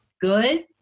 good